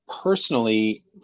personally